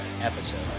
episode